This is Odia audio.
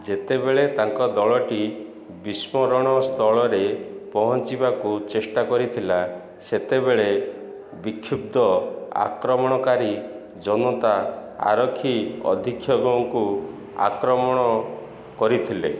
ଯେତେବେଳେ ତାଙ୍କ ଦଳଟି ବିସ୍ଫୋରଣ ସ୍ଥଳରେ ପହଞ୍ଚିବାକୁ ଚେଷ୍ଟା କରିଥିଲା ସେତେବେଳେ ବିକ୍ଷୁବ୍ଧ ଆକ୍ରମଣକାରୀ ଜନତା ଆରକ୍ଷୀ ଅଧୀକ୍ଷକଙ୍କୁ ଆକ୍ରମଣ କରିଥିଲେ